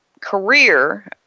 career